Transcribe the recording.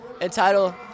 entitle